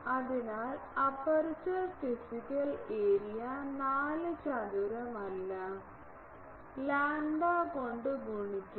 അതിനാൽ aperture physical area 4 ചതുരമല്ല lambda കൊണ്ട് ഗുണിക്കുന്നു